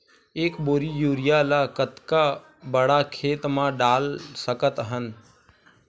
एक बोरी यूरिया ल कतका बड़ा खेत म डाल सकत हन?